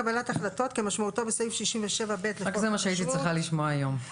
רק זה מה שהייתי צריכה לשמוע היום,